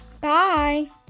Bye